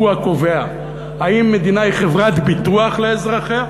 הוא הקובע: האם מדינה היא חברת ביטוח לאזרחיה?